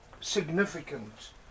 significant